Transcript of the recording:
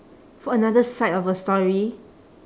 for another side of a story